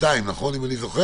אני מציע